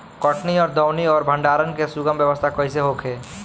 कटनी और दौनी और भंडारण के सुगम व्यवस्था कईसे होखे?